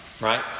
Right